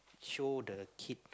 show the kid